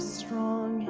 strong